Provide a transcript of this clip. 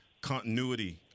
continuity